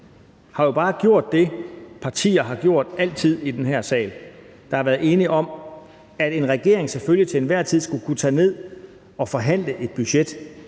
bare har gjort det, som partier i den her sal altid har gjort, som har været enige om, at en regering selvfølgelig til enhver tid skulle kunne tage ned og forhandle et budget